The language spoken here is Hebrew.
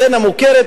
סצנה מוכרת,